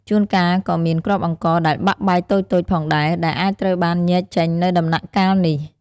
ជួនកាល ក៏មានគ្រាប់អង្ករដែលបាក់បែកតូចៗផងដែរ ដែលអាចត្រូវបានញែកចេញនៅដំណាក់កាលនេះ។